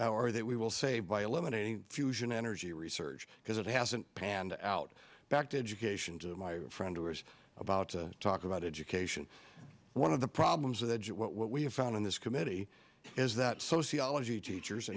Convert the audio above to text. our that we will say by eliminating fusion energy research because it hasn't panned out back to education to my friend who is about to talk about education one of the problems that what we have found in this committee is that sociology teachers a